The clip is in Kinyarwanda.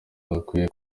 adakwiye